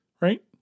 Right